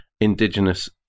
indigenous